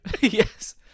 Yes